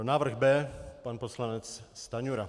Návrh B pan poslanec Stanjura.